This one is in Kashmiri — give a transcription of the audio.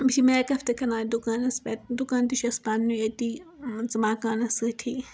بیٚیہِ چھِ میک اپ تہِ کٕنان دُکانس پٮ۪ٹھ دُکان تہِ چھُ اسہِ پَننُے أتی مان ژٕ مکانس سۭتی